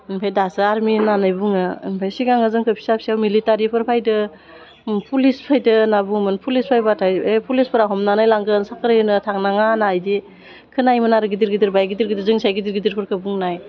ओमफ्राय दासो आरमि होन्नानै बुङो ओमफ्राय सिगाङो जोंखौ फिसा फिसायाव मिलिटारिफोर फैदों पुलिस फैदों होन्ना बुङोमोन पुलिस फैबाथाय ओइ पुलिसफोरा हमनानै लांगोन सरकारि होनो थांनाङा होन्ना बिदि खोनायोमोन आरो गिदिर गिदिर बा गिदिर गिदिर जों साय गिदिर गिदिरफोरखौ बुंनाय